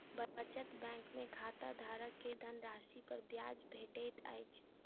बचत बैंक में खाताधारक के धनराशि पर ब्याज भेटैत अछि